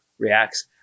reacts